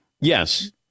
Yes